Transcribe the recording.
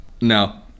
No